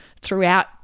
throughout